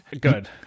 good